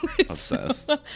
Obsessed